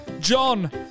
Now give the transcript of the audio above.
John